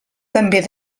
també